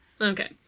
Okay